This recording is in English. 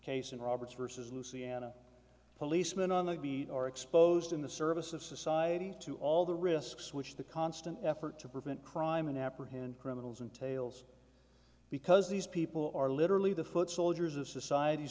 case and roberts versus luciana policemen on the beat or exposed in the service of society to all the risks which the constant effort to prevent crime and apprehend criminals and tails because these people are literally the foot soldiers of societ